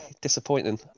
disappointing